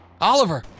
Oliver